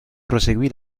proseguì